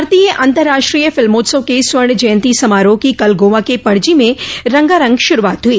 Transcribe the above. भारतीय अंतराष्ट्रीय फिल्मोत्सव के स्वर्ण जयंतो समारोह की कल गोआ के पणजी में रंगारंग शुरुआत हुई